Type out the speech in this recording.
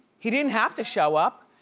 he didn't have to show up.